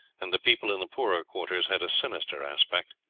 and the people in the poorer quarters had a sinister aspect.